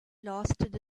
lasted